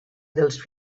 dels